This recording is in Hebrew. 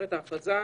ההכרזה,